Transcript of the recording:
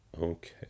okay